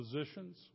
positions